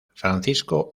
francisco